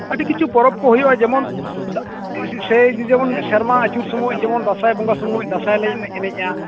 ᱟᱹᱰᱤ ᱠᱤᱪᱷᱩ ᱯᱚᱨᱚᱵᱽ ᱠᱚ ᱦᱩᱭᱩᱜᱼᱟ ᱡᱮᱢᱚᱱ ᱥᱮᱭ ᱡᱮᱢᱚᱱ ᱥᱮᱨᱢᱟ ᱟᱪᱩᱨ ᱥᱚᱢᱚᱭ ᱡᱮᱢᱚᱱ ᱫᱟᱸᱥᱟᱭ ᱵᱚᱸᱜᱟ ᱥᱚᱢᱚᱭ ᱫᱟᱸᱥᱟᱭ ᱞᱮ ᱮᱱᱮᱡᱼᱟ